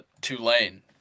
Tulane